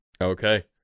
Okay